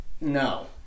no